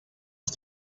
els